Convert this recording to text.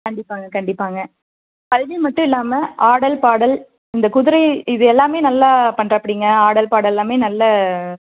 கண்டிப்பாங்க கண்டிப்பாங்க கல்வி மட்டும் இல்லாமல் ஆடல் பாடல் இந்த குதிரை இது எல்லாமே நல்லா பண்ணுறாப்பிடிங்க ஆடல் பாடல் எல்லாமே நல்ல